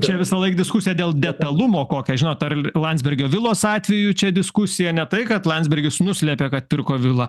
čia visąlaik diskusija dėl detalumo kokio žinot ar landsbergio vilos atveju čia diskusija ne tai kad landsbergis nuslėpė kad pirko vilą